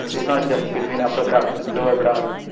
it's not just between upper caste and lower caste,